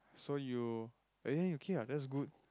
so you eh okay what that's good